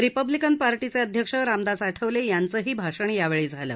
Republican पार्टीचे अध्यक्ष रामदास आठवले यांचंही भाषण यावेळी झालं